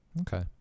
Okay